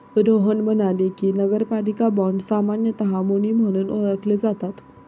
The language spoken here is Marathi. रोहन म्हणाले की, नगरपालिका बाँड सामान्यतः मुनी म्हणून ओळखले जातात